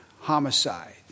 homicide